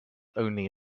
only